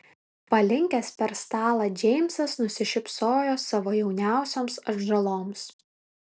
palinkęs per stalą džeimsas nusišypsojo savo jauniausioms atžaloms